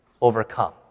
overcome